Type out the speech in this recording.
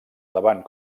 davant